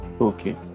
okay